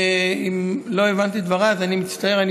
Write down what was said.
אם לא הבנת את דבריי אז אני מצטער,